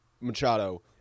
Machado